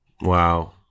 Wow